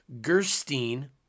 Gerstein-